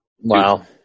Wow